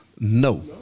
No